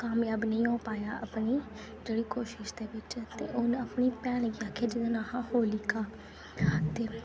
कामयाब नेईं हो पाया अपनी जेह्डी कोशिश दे बिच उन अपनी भैनां ई आक्खे दा हा ते